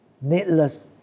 needless